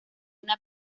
una